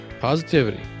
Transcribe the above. Positivity